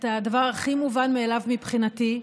את הדבר הכי מובן מאליו מבחינתי,